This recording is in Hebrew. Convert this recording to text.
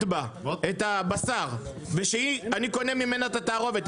בה את הבשר ושאני קונה ממנה את התערובת,